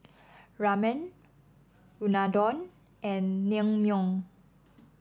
Ramen Unadon and Naengmyeon